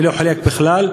ואני לא חולק בכלל.